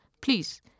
Please